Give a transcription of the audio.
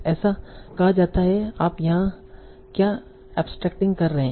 ऐसा कहा जाता है आप यहां क्या एब्सट्राक्टिंग कर रहे हैं